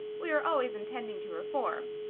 we are always intending to reform.